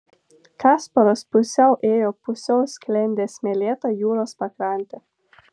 kasparas pusiau ėjo pusiau sklendė smėlėta jūros pakrante